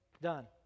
done